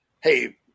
hey